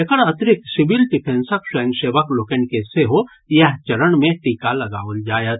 एकर अतिरिक्त सिविल डिफेंसक स्वयंसेवक लोकनि के सेहो इएह चरण मे टीका लगाओल जायत